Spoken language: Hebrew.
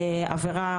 עבירה